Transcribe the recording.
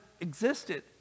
existed